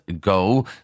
Go